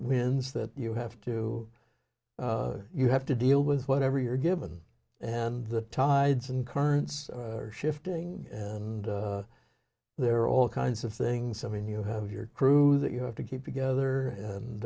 wins that you have to you have to deal with whatever you're given and the tide and currents are shifting and there are all kinds of things i mean you have your crew that you have to keep together and